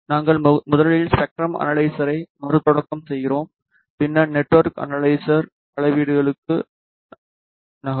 நாங்கள் முதலில் ஸ்பெக்ட்ரம் அனலைசரை மறுதொடக்கம் செய்கிறோம் பின்னர் நெட்ஒர்க் அனலைசர் அளவீடுகளுக்கு நகரும்